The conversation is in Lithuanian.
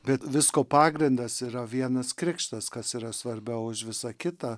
bet visko pagrindas yra vienas krikštas kas yra svarbiau už visa kita